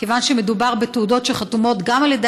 כיוון שמדובר בתעודות שחתומות גם על ידי